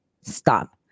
stop